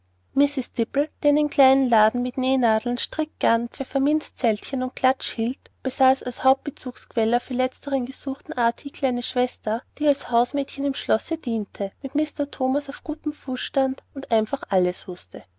die einen kleinen laden mit nähnadeln strickgarn pfefferminzzeltchen und klatsch hielt besaß als hauptbezugsquelle für letzteren gesuchten artikel eine schwester die als hausmädchen im schlosse diente mit mr thomas auf gutem fuße stand und einfach alles wußte